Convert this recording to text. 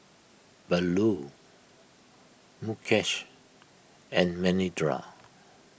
Bellur Mukesh and Manindra